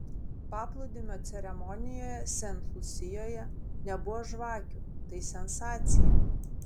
paplūdimio ceremonijoje sent lusijoje nebuvo žvakių tai sensacija